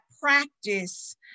practice